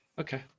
Okay